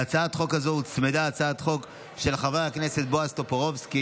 להצעת החוק הזו הוצמדה הצעת חוק של חבר הכנסת בועז טופורובסקי,